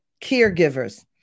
caregivers